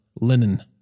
linen